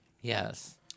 Yes